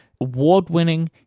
award-winning